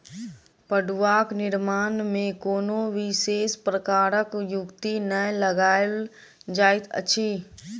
फड़ुआक निर्माण मे कोनो विशेष प्रकारक युक्ति नै लगाओल जाइत अछि